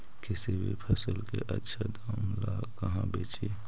किसी भी फसल के आछा दाम ला कहा बेची?